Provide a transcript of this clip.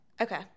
Okay